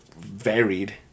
varied